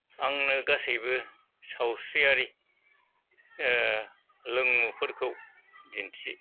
आंंनो गासैबो सावस्रियारि लोंमुफोरखौ दिन्थि